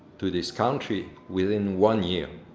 to this country within one year.